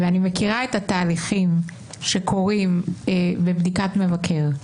ואני מכירה את התהליכים שקורים בבדיקת מבקר,